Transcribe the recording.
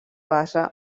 base